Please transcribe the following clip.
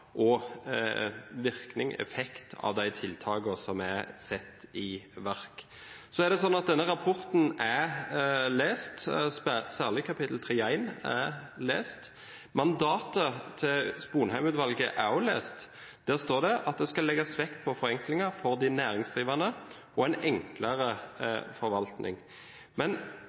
og virkning/effekt av de tiltakene som er satt i verk. Denne rapporten har jeg lest, særlig kapittel 3.1. Mandatet til Sponheim-utvalget har jeg også lest. Der står det at det skal legges vekt på forenklinger for de næringsdrivende og en enklere